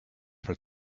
for